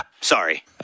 sorry